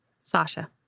Sasha